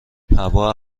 هوا